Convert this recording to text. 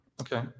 Okay